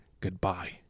goodbye